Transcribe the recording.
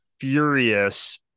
furious